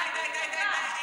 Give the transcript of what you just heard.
די, די, שמולי.